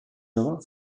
jove